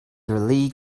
lee